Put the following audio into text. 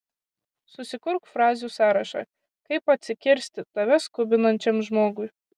susikurk frazių sąrašą kaip atsikirsti tave skubinančiam žmogui